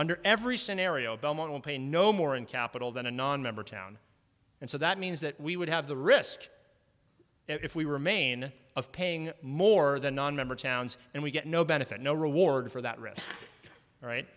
under every scenario belmont will pay no more in capital than a nonmember town and so that means that we would have the risk if we remain of paying more than nonmember towns and we get no benefit no reward for that risk right